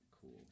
cool